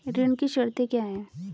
ऋण की शर्तें क्या हैं?